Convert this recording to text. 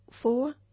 four